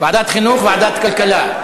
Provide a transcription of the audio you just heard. ועדת חינוך, ועדת כלכלה.